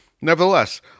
Nevertheless